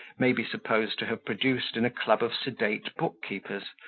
may be supposed to have produced in a club of sedate book-keepers,